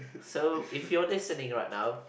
so if you're listening right now